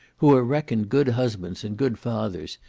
who are reckoned good husbands and good fathers,